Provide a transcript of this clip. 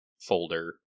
folder